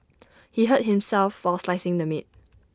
he hurt himself while slicing the meat